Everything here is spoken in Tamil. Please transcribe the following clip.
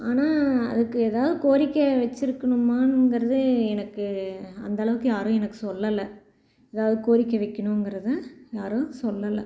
ஆனால் அதுக்கு ஏதாவது கோரிக்கை வச்சுருக்கணுமானுங்கிறது எனக்கு அந்தளவுக்கு யாரும் எனக்கு சொல்லலை ஏதாவது கோரிக்கை வைக்கணுங்கறத யாரும் சொல்லலை